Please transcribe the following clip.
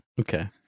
Okay